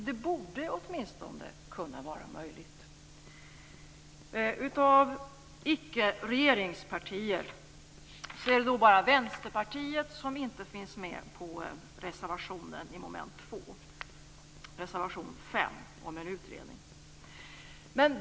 Det borde åtminstone kunna vara möjligt. Av icke-regeringspartier är det bara Vänsterpartiet som inte finns med på reservation 5 under mom. 2 om en utredning.